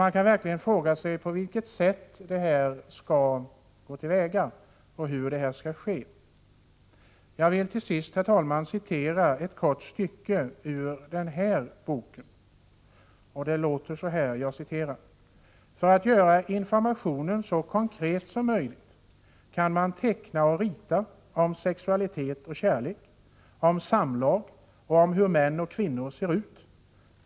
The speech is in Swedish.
Man kan verkligen fråga sig på vilket sätt personalen skall gå till väga och hur denna undervisning skall ske. Jag vill citera ett kort stycke ur denna bok: ”För att göra informationen så konkret som möjligt kan man teckna och rita om sexualitet och kärlek, om samlag och om hur män och kvinnor ser ut.